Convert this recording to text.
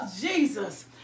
Jesus